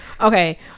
Okay